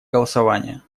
голосование